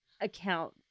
account